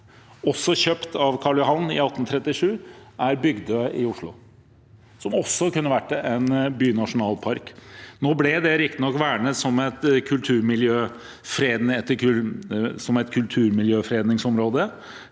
også kjøpt av Karl Johan i 1837, er Bygdøy i Oslo, som også kunne vært en bynasjonalpark. Nå ble det riktignok vernet som et kulturmiljøfredningsområde,